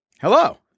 Hello